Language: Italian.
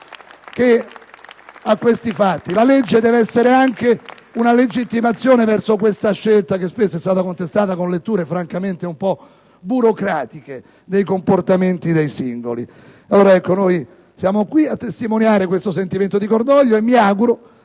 che a questi fatti: la legge deve essere anche una legittimazione di questa scelta, che spesso è stata contestata con letture francamente un po' burocratiche dei comportamenti dei singoli. Siamo qui a testimoniare questo sentimento di cordoglio, e mi auguro